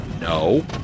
No